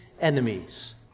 enemies